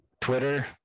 Twitter